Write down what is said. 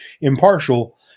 impartial